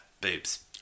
boobs